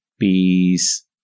Peace